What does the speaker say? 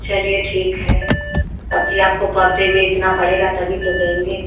चलिए ठीक है तब भी आपको परते में इतना पड़ेगा तभी तो देंगे